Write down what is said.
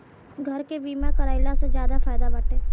घर के बीमा कराइला से ज्यादे फायदा बाटे